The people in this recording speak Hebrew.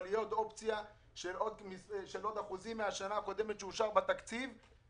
אבל להיות באופציה של עוד אחוזים מהשנה הקודמת שאושר בתקציב,